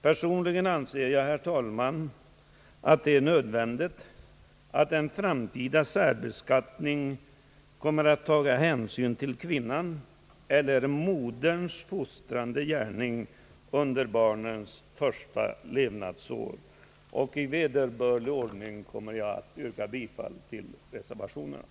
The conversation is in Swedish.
Personligen anser jag, herr talman, att det är nödvändigt att en framtida särbeskattning tar hänsyn till moderns fostrande gärning under barnens första levnadsår. Jag kommer att i vederbörlig ordning yrka bifall till reservationerna.